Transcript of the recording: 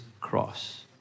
cross